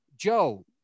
Joe